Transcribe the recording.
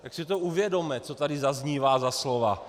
Tak si to uvědomme, co tady zaznívá za slova.